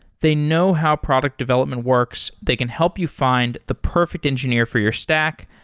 they know how product development works. they can help you find the perfect engineer for your stack,